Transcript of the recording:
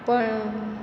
પણ